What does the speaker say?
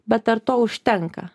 bet ar to užtenka